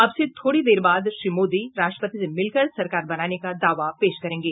अब से थोड़ी देर बाद श्री मोदी राष्ट्रपति से मिलकर सरकार बनाने का दावा पेश करेंगे